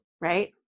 right